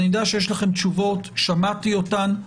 אני יודע שיש לכם תשובות, שמעתי אותן.